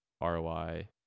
roi